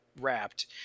wrapped